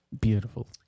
Beautiful